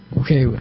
Okay